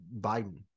Biden